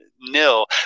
nil